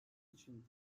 için